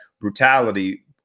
brutality